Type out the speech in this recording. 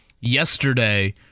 Yesterday